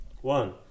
One